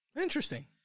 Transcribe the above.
Interesting